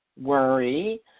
worry